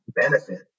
benefit